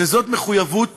שזו מחויבות